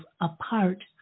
apart